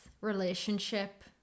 relationship